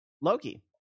loki